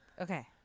Okay